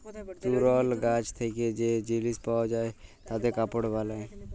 তুলর গাছ থেক্যে যে জিলিস পাওয়া যায় তাতে কাপড় বালায়